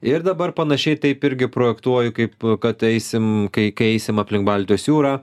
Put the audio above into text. ir dabar panašiai taip irgi projektuoju kaip kad eisim kai kai eisim aplink baltijos jūrą